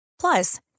Plus